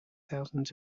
thousands